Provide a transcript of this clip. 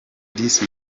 this